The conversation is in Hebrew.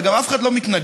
וגם אף אחד לא מתנגד